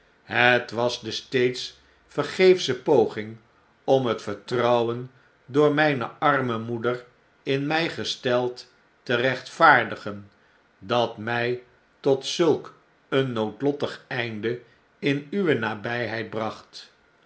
het was de steeds vergeefscbe poging om net vertrouwen door rmjne arme moeder in my gesteld te rechtvaardigen dat mjj tot zulk een noodlottig einde in uwe nabijheid bracht